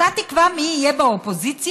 אתה תקבע מי יהיה באופוזיציה?